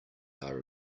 are